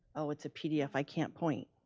oh, it's a pdf, i can't point.